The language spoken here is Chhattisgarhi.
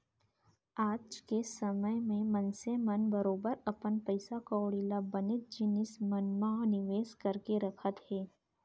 आज के समे म मनसे मन बरोबर अपन पइसा कौड़ी ल बनेच जिनिस मन म निवेस करके रखत हें